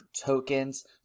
tokens